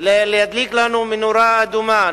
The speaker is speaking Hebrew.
להדליק אצלנו נורה אדומה.